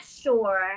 sure